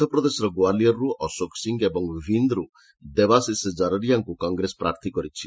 ମଧ୍ୟପ୍ରଦେଶର ଗୋଆଲୟର୍ରୁ ଅଶୋକ ସିଂ ଏବଂ ଭିନ୍ଦ୍ରୁ ଦେବାଶିଷ ଜରରିଆଙ୍କୁ କଂଗ୍ରେସ ପ୍ରାର୍ଥୀ କରିଛି